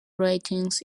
ratings